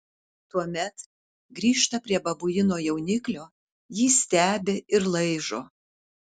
tuomet grįžta prie babuino jauniklio jį stebi ir laižo